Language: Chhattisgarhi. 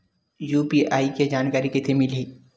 यू.पी.आई के जानकारी कइसे मिलही?